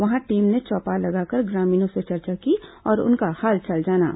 वहां टीम ने चौपाल लगाकर ग्रामीणों से चर्चा की और उनका हालचाल जाना